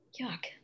Yuck